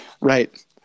Right